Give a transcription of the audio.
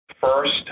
First